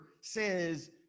says